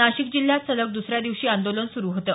नाशिक जिल्ह्यात सलग दुसऱ्या दिवशी आंदोलन सुरु होतं